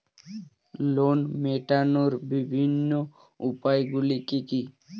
Loan মেটানোর বিভিন্ন উপায়গুলি কী কী?